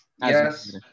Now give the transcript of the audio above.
yes